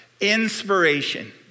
Inspiration